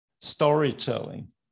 storytelling